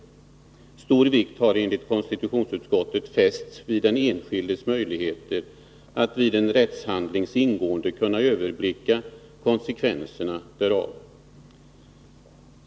Stor vikt har enligt konstitutionsutskottet fästs vid den enskildes möjligheter att vid en rättshandlings ingående kunna överblicka konsekvenserna därav.